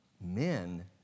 men